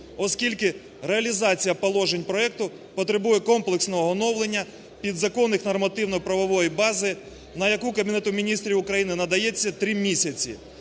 Оскільки реалізація положень проекту потребує комплексного оновлення підзаконних нормативно-правової бази, на яку Кабінету Міністрів України надається 3 місяці,